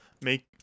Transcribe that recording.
make